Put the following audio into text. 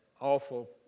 awful